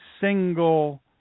single